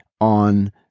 on